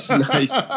nice